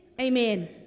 Amen